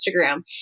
Instagram